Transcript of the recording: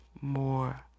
more